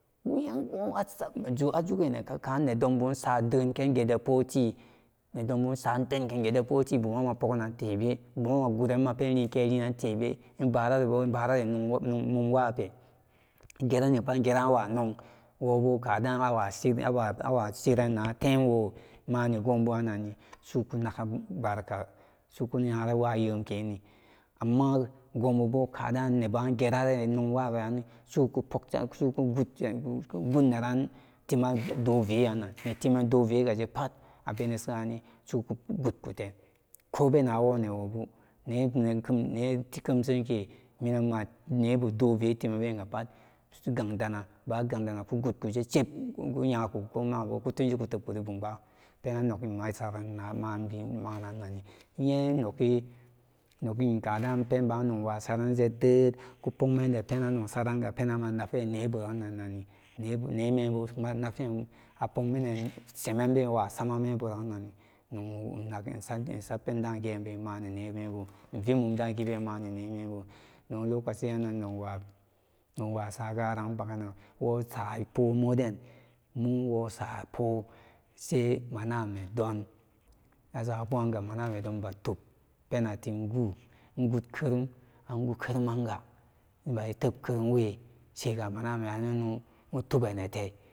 ajugennen karan nedonbu isa denken gede póóti medonbu isa denken gede póóti buman mapóóganan tebe bona guran mapenlikelinan tebe ibararibu ibarari nogwape igerenipat igerenwa nog wobóó kadan awa awa shiren netem wo mani goburannani suku naga barka suka yara wanyenkeni amman gobobóó kadan neba gerarenwa nogwaran suku pogsan suku gud neratiman doveran netiman dovegepat abene seyanni suku gudkute kobena wo newobu nene kemsenke ne tikemsenke minan manebu dóóve timan be gapat suku sugang dana kugudkade chip kuyaku koma kutunchoku bun báá penan nukin masarenan mabi manananmi iye noki nokin kanan ni penba iwasaranenje dééd kupogmenje penan nogwa sarananga penan manafé neburannani nebu nemembu manaten a pogmenen semenbewa sama memburan nan nog santme fatgeben mane nemembu ivimumda gibéé mani membu noglokaci yan nogwa nogwa sagaran baganan wosa póóre moden mumwosapóó sai mana nedon an maname batub penatimgóó ingudkerum manga ibat tem seka maname anono ku tubkete